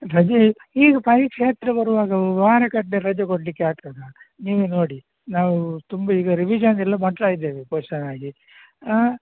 ರಜೆ ಈಗ ಪರೀಕ್ಷೆ ಹತ್ತಿರ ಬರುವಾಗ ವಾರಗಟ್ಟಲೆ ರಜೆ ಕೊಡಲಿಕ್ಕೆ ಆಗ್ತದಾ ನೀವೇ ನೋಡಿ ನಾವು ತುಂಬಾ ಈಗ ರಿವಿಶನ್ ಎಲ್ಲ ಮಾಡ್ತಾ ಇದ್ದೇವೆ ಪೋರ್ಷನ್ ಆಗಿ ಹಾಂ